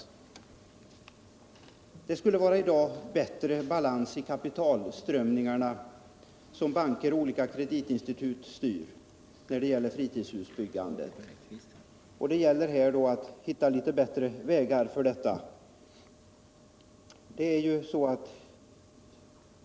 — Fritidspolitiken Det borde i dag vara bättre balans i de kapitalströmmar till byggande av fritidshus som banker och olika kreditinstitut styr. Det gäller därför att finna bättre vägar för att åstadkomma den balansen.